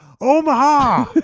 Omaha